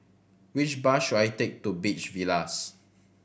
which bus should I take to Beach Villas